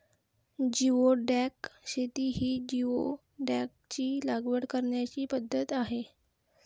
geoduck शेती ही जिओडॅकची लागवड करण्याची पद्धत आहे